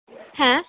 হ্যাঁ